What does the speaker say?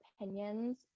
opinions